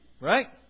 right